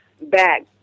back